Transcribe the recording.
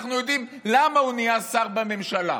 כשאנחנו יודעים למה הוא נהיה שר בממשלה?